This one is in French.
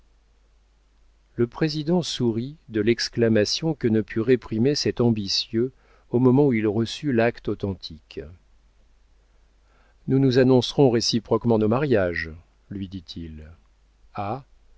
le président sourit de l'exclamation que ne put réprimer cet ambitieux au moment où il reçut l'acte authentique nous nous annoncerons réciproquement nos mariages lui dit-il ah